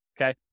okay